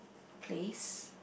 place